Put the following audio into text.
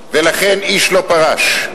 ולכן איש לא פרש.